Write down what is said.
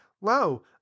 lo